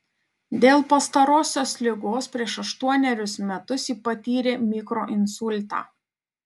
dėl pastarosios ligos prieš aštuonerius metus ji patyrė mikroinsultą